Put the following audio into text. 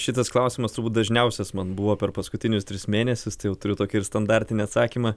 šitas klausimas turbūt dažniausias man buvo per paskutinius tris mėnesius tai jau turiu tokį ir standartinį atsakymą